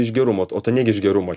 iš gerumo o tai netgi iš gerumo